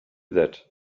that